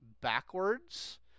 backwards